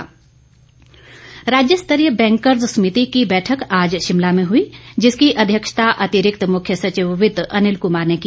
bankers समिति राज्यस्तरीय bankers समिति की बैठक आज शिमला में हुई जिसकी अध्यक्षता अतिरिक्त मुख्य सचिव वित्त अनिल क्मार ने की